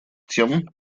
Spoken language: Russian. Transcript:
тем